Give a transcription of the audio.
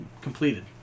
completed